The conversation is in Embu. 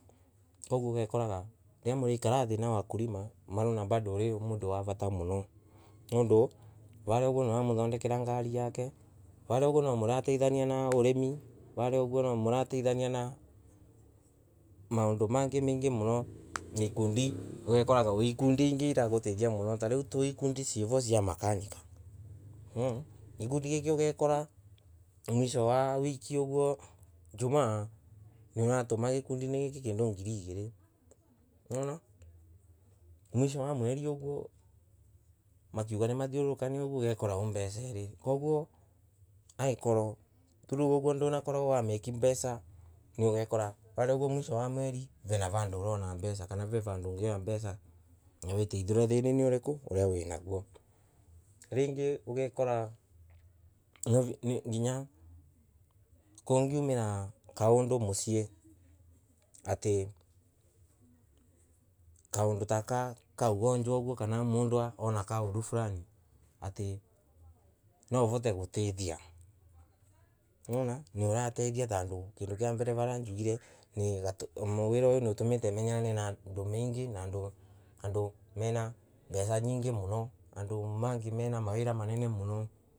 Koguo ugekoraga riria murekara thii na wakulima, marona bado wi mundu wa vata muno nondu varia uguo niuramuthondekera ngari yake, varia uguo nomuratethania na urimi, varia uguo nomuratethania na maundu mengi muno na ikundi ugekoraga wi ikundi nyingi iragutethia muno. Tariu tusi ikundi ciiro cia makanika gikundi giki ugekora mwiso wa wiki uguo jumaa niuratuma gikundiini giki kindu ngiri igiri niwona mwiso wa mweri uguo makiuga nimathururukane uguo ugekora ooh mbeca iri koguo angikorwo tariu ugakora ugakora ndunamake mbeca ugekora varia mwiso wa mweri vena vandu urona mbeca kana vena vandu ungiuna mbeca na witeithore thinani uriku una winaguo. Ringi ugekora nginya kungiumira. kandu mucii ati kandu ta ga kaugonjwa uguo kana kandu Fulani naurote gutethia, niwona na gutethia tondu kiundu kia mbele varia njugire ni mugwira uyu niutumite menyane na andu mingi na andu andu mena mbeca nyingi andu engi mena mawira manene muno.